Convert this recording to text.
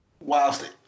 Whilst